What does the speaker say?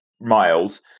miles